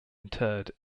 interred